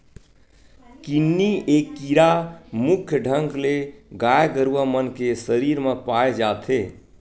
किन्नी ए कीरा मुख्य ढंग ले गाय गरुवा मन के सरीर म पाय जाथे